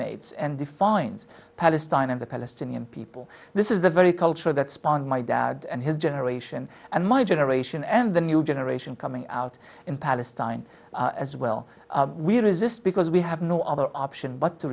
permeates and defines palestine and the palestinian people this is the very culture that spawn my dad and his generation and my generation and the new generation coming out in palestine as well we resist because we have no other option but to